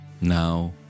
Now